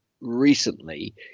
recently